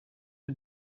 who